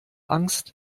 angst